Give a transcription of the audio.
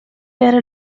era